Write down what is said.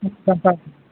Santal